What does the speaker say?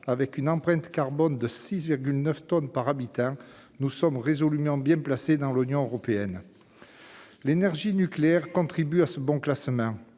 avec une empreinte carbone de 6,9 tonnes par habitant, nous sommes résolument bien placés dans l'Union européenne. L'énergie nucléaire contribue à ce bon classement,